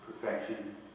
perfection